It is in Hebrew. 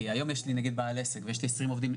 כי היום יש לי נגיד בעל עסק, ויש לי עשרים עובדים.